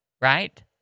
right